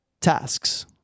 tasks